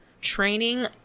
training